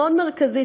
מאוד מרכזית,